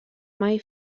mai